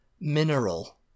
mineral